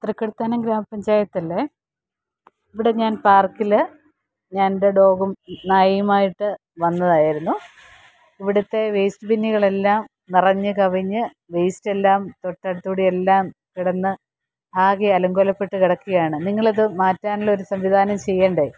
തൃക്കൊടിത്താനം ഗ്രാമപഞ്ചായത്തല്ലേ ഇവിടെ ഞാന് പാര്ക്കില് ഞാന് എന്റെ ഡോഗും നായയുമായിട്ട് വന്നതായിരുന്നു ഇവിടത്തെ വേസ്റ്റ് ബിന്നുകളെല്ലാം നിറഞ്ഞ് കവിഞ്ഞ് വേസ്റ്റെല്ലാം തൊട്ടടുത്തൂടി എല്ലാം കെടന്ന് ആകെ അലങ്കോലപ്പെട്ട് കിടക്കുകയാണ് നിങ്ങളിത് മാറ്റാനുള്ള ഒരു സംവിധാനം ചെയ്യണ്ടേ